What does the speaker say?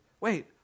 wait